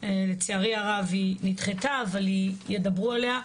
לצערי הרב היא נדחתה אבל ידברו עליה,